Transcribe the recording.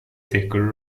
thicker